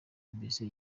mbese